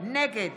נגד